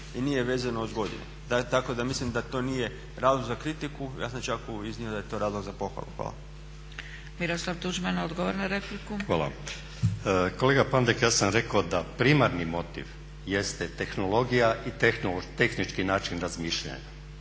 i nije vezano uz godine. Tako da mislim da to nije razlog za kritiku, ja sam čak iznio da je to razlog za pohvalu. Hvala. **Zgrebec, Dragica (SDP)** Miroslav Tuđman, odgovor na repliku. **Tuđman, Miroslav (HDZ)** Hvala. Kolega Pandek ja sam rekao da primarni motiv jeste tehnologija i tehnički način razmišljanja.